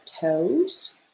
toes